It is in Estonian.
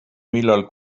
millal